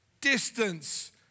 distance